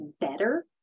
better